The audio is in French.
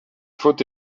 faute